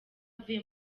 avuye